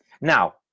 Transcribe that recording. Now